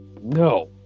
No